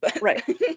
right